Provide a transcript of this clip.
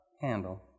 handle